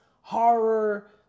horror